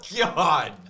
God